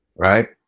Right